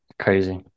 crazy